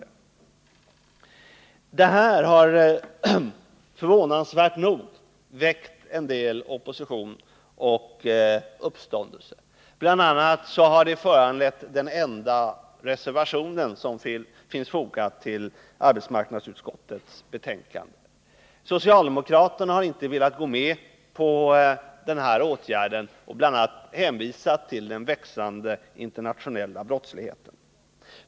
Detta förslag har förvånansvärt nog väckt en del opposition och uppståndelse. Det har bl.a. föranlett den enda reservationen som är fogad till arbetsmarknadsutskottets betänkande. Socialdemokraterna har inte velat gå med på denna åtgärd och har bl.a. hänvisat till den växande internationella brottsligheten.